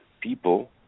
people